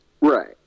Right